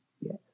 yes